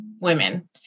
women